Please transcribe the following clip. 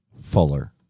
Fuller